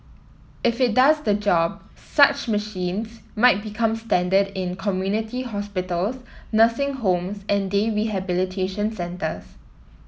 if it does the job such machines might become standard in community hospitals nursing homes and day rehabilitation centres